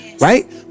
right